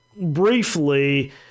briefly